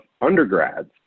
undergrads